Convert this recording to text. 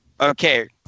Okay